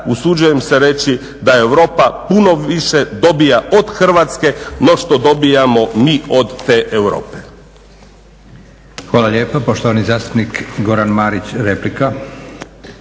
usuđujem se reći da Europa puno više dobiva od Hrvatske no što dobivamo mi od te Europe.